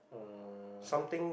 uh